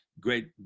great